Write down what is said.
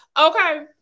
Okay